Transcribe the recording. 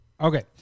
Okay